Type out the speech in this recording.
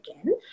again